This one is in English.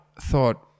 thought